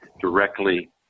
directly